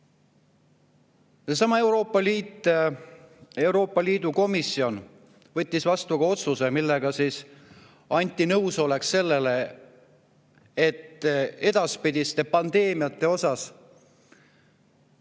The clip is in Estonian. Seesama Euroopa Liidu komisjon võttis vastu otsuse, millega anti nõusolek selleks, et edaspidi pandeemiate korral